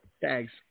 Thanks